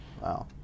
wow